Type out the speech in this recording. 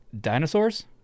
dinosaurs